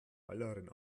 heilerin